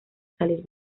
salir